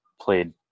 played